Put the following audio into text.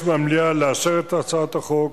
ההצעה להעביר את הצעת חוק